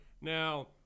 Now